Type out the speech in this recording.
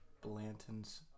Blanton's